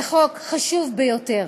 זה חוק חשוב ביותר,